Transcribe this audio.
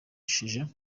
isezerano